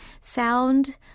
sound